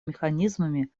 механизмами